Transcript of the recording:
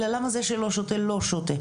אלא למה זה שלא שותה לא שותה.